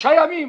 שלושה ימים,